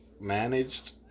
managed